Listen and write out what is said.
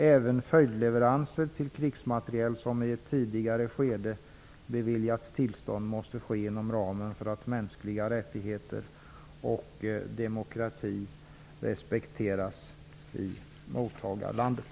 Även följdleveranser till krigsmateriel, som i ett tidigare skede beviljats tillstånd, måste ske inom ramen för att mänskliga rättigheter och demokrati respekteras i mottagarlandet.